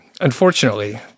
Unfortunately